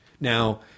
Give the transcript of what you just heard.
Now